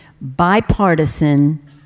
bipartisan